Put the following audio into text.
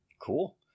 Cool